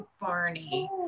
Barney